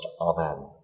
Amen